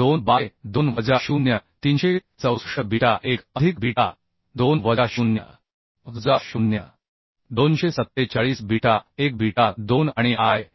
2 by 2 वजा 0 364 beta 1 अधिक beta 2 वजा 0वजा 0 247 बीटा 1 बीटा 2 आणि आय